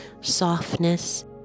softness